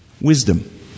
Wisdom